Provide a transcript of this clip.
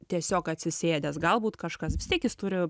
tiesiog atsisėdęs galbūt kažkas vis tiek jis turi